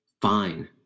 Fine